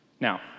Now